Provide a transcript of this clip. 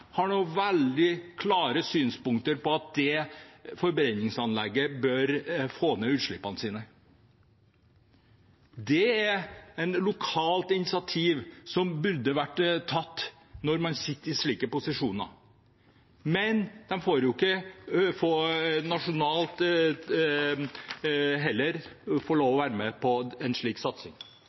har noen veldig klare synspunkter på at det forbrenningsanlegget bør få ned utslippene sine. Det er et lokalt initiativ som burde vært tatt når man sitter i slike posisjoner. Men de får jo ikke nasjonalt heller lov til å være med på en slik satsing.